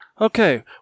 Okay